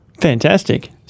Fantastic